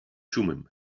thummim